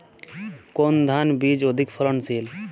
কোন ধান বীজ অধিক ফলনশীল?